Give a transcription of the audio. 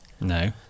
No